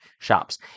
shops